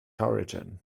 origin